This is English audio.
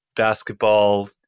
basketball